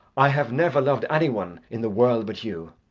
i have never loved any one in the world but you.